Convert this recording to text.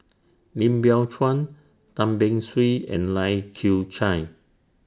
Lim Biow Chuan Tan Beng Swee and Lai Kew Chai